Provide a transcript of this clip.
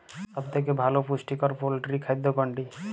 সব থেকে ভালো পুষ্টিকর পোল্ট্রী খাদ্য কোনটি?